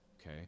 okay